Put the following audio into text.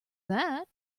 that